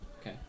Okay